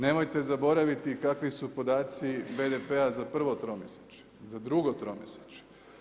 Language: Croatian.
Nemojte zaboraviti kakvi su podaci BDP-a za prvo tromjesečje, za drugo tromjesečje.